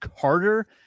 Carter